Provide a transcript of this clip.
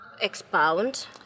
Expound